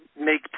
make